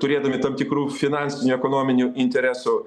turėdami tam tikrų finansinių ekonominių interesų